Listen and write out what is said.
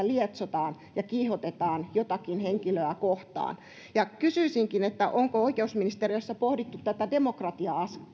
lietsotaan ja kiihotetaan jotakin henkilöä kohtaan kysyisinkin onko oikeusministeriössä pohdittu tätä demokratia